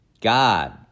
God